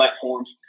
platforms